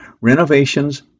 Renovations